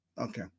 Okay